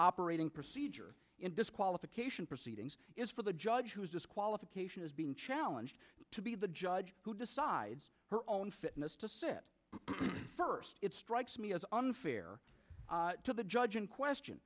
operating procedure in disqualification proceedings is for the judge who's disqualification is being challenged to be the judge who decides her own fitness to sit first it strikes me as unfair to the judge in question